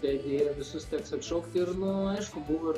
tai deja visus teks atšaukti ir nu aišku buvo ir